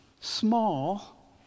small